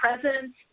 presence